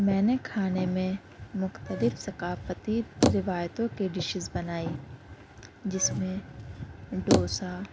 میں نے کھانے میں مختلف ثقافتی روایتوں کی ڈشیز بنائی جس میں ڈوسا